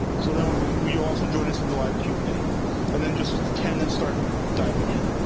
so then we we also join us in the live q and a and then just attendants start diving in.